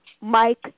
Mike